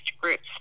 groups